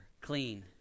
clean